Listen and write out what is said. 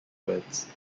words